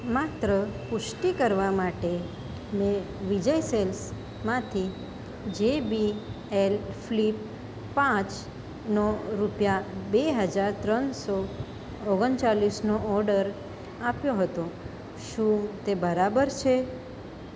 માત્ર પુષ્ટિ કરવા માટે મેં વિજય સેલ્સમાંથી જેબીએલ ફ્લિપ પાંચનો રૂપિયા બે હજાર ત્રણસો ઓગણચાલીસનો ઓર્ડર આપ્યો હતો શું તે બરાબર છે